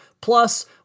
plus